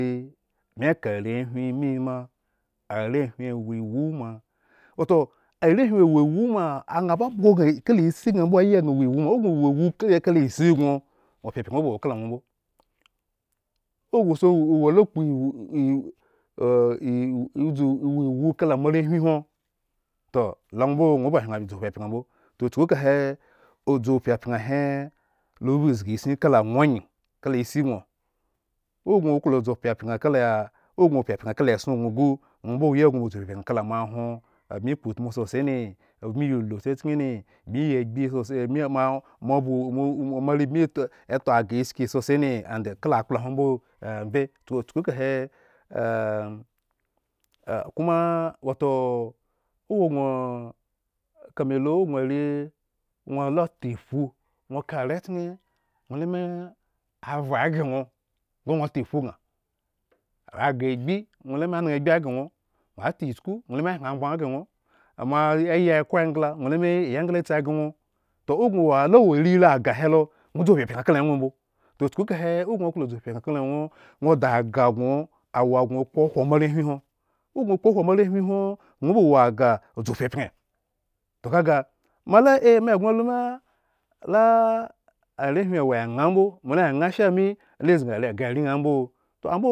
E bmi ka arehwin mima, arehwin woiwuma, wato arehwin awo iwu ma aŋha babhgo gŋa kala isi gŋaambo yiya gŋa wo iwu ma, ogŋo owo iwu kala isigŋo opyapyan ba wo kalŋwo iwu kalaŋwo mbo ogŋo a udzu owo iwu kala moarehwinhwon, toh la ŋwo mbo ba hyen dzu puapyon mbo, toh l chuku kahe udzu pyapyan bo, toh chuku kahe udzu pyapyan he lo ba zgisin ñ kala ŋwo agyi kala isi gŋo owo gŋo kol dzu pyapyan kala ogŋo wo pyapyan kala eson. gŋo gu, ŋwo mbo oyiya gŋo ba dzu pyapyan kala moahwon, abmi kpoutmu tsotse ne abmi yi ulucha. chken ne bmi yi tsotse koma wato awo gŋo kame lu ogŋo are ŋwo tta ala. ta iphu, ŋwo, ka arechken ŋwo ŋga otaiphu gŋa otaiphu gŋə, aghre agbi, ŋwo la ame vhre aghre aghere ŋwo la ami anaŋha aghre ŋwo, ata ichku ŋwola ami hyen abgban ghre ŋwo moa ayi okhro engla ŋwo. Toh ogŋo ala wo riri agah helo ŋwo dzu pyapyan kala eŋw mbo. toh chuku kahe owo gŋo klo dzu kala eŋwo, ŋwo ela da agah gŋo awo agŋo kpo hwo moarehwin hwon, ŋwo ba woagah udzu pyapyan, toh kaga mola. amo egŋo luha mala arehwin awo enha mbo mola enhana shame, lo zgi ren ghre areeyan mbo ambo